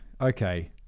okay